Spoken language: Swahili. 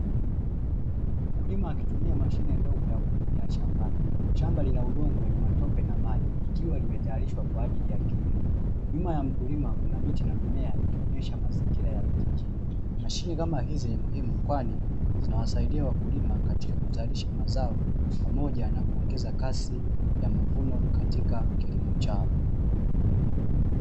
Mkulima akitumia mashine ndogo ya kulimia shambani, shamba lina udongo wenye matope na maji, likiwa limetayarishwa kwa ajili ya kilimo, nyuma ya mkulima kuna miti na mimea ikionyesha mazingira ya vijijini. Mashine kama hizi ni muhimu, kwani zinawasaidia wakulima katika kuzalisha mazao pamoja na kuongeza kasi ya mavuno katika kilimo chao.